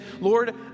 Lord